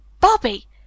Bobby